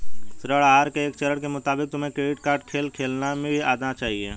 ऋण आहार के एक चरण के मुताबिक तुम्हें क्रेडिट कार्ड खेल खेलना भी आना चाहिए